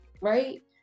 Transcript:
right